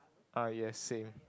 uh yes same